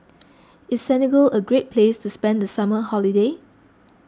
is Senegal a great place to spend the summer holiday